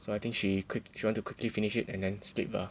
so I think she quick she want to quick~ quickly finish it and then sleep bah